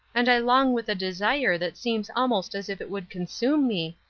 and i long with a desire that seems almost as if it would consume me,